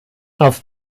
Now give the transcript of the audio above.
auf